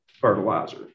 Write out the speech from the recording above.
fertilizer